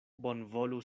bonvolu